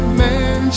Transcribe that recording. man